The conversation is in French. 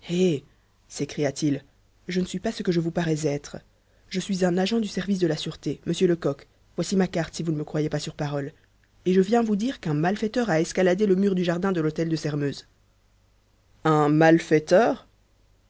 eh s'écria-t-il je ne suis pas ce que je vous paraîs être je suis un agent du service de la sûreté monsieur lecoq voici ma carte si vous ne me croyez pas sur parole et je viens vous dire qu'un malfaiteur a escaladé le mur du jardin de l'hôtel de sairmeuse un mal fai teur